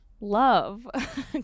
love